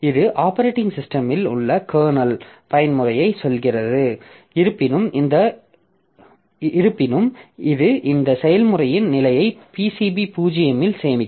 இது ஆப்பரேட்டிங் சிஸ்டமில் உள்ள கர்னல் பயன்முறைக்குச் செல்கிறது இருப்பினும் இது இந்த செயல்முறையின் நிலையை PCB0 இல் சேமிக்கும்